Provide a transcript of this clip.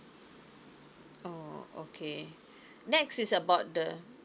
oh okay next is about the